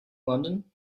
london